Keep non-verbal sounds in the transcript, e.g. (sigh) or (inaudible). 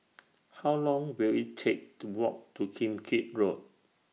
(noise) How Long Will IT Take to Walk to Kim Keat Road